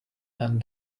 and